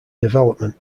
development